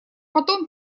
потом